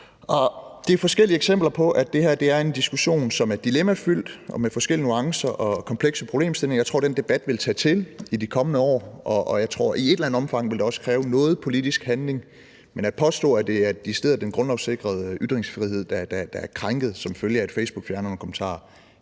jeg. Det er forskellige eksempler på, at det her er en diskussion, som er dilemmafyldt og med forskellige nuancer og komplekse problemstillinger. Jeg tror, at den debat vil tage til i de kommende år, og jeg tror, at det i et eller andet omfang også vil kræve noget politisk handling, men at påstå, at det er den deciderede grundlovssikrede ytringsfrihed, der er krænket som følge af, at Facebook fjerner nogle kommentarer,